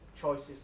Choices